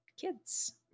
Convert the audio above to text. kids